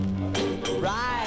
right